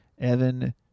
Evan